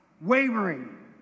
wavering